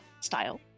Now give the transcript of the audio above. style